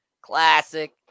Classic